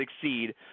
succeed